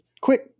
quick